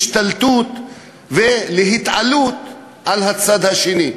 ולהשתלטות ולהתעלות על הצד השני.